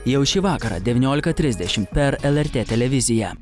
jau šį vakarą devyniolika trisdešimt per lrt televiziją